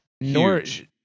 Huge